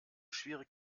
schwierig